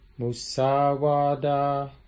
Musawada